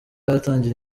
yatangira